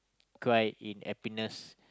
cried in happiness